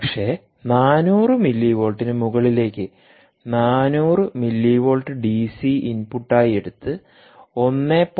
പക്ഷേ 400 മില്ലിവോൾട്ടിന് മുകളിലേക്ക് 400 മില്ലിവോൾട്ട് ഡിസി ഇൻപുട്ടായി എടുത്ത് 1